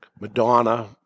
Madonna